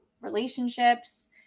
relationships